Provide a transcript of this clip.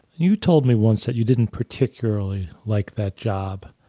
you told me once that you didn't particularly like that job.